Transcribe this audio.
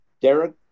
Derek